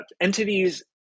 entities